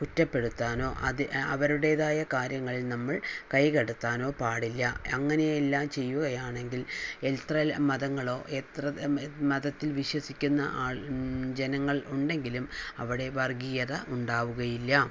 കുറ്റപ്പെടുത്താനോ അവരുടേതായ കാര്യങ്ങൾ നമ്മൾ കൈകടത്താനോ പാടില്ല അങ്ങനെയെല്ലാം ചെയ്യുകയാണെങ്കിൽ എത്ര മതങ്ങളോ എത്ര മതത്തിൽ വിശ്വസിക്കുന്ന ആൾ ജനങ്ങൾ ഉണ്ടെങ്കിലും അവിടെ വർഗീയത ഉണ്ടാവുകയില്ല